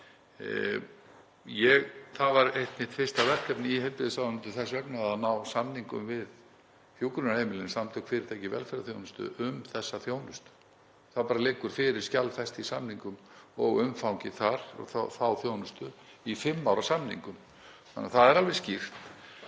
vegna eitt mitt fyrsta verkefni í heilbrigðisráðuneytinu að ná samningum við hjúkrunarheimilin, Samtök fyrirtækja í velferðarþjónustu, um þessa þjónustu. Það liggur fyrir skjalfest í samningum og umfangið þar, sú þjónusta, í fimm ára samningum, þannig að það er alveg skýrt.